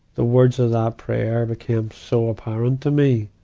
the words of that prayer became so apparent to me.